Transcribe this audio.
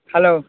hello